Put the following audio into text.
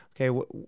okay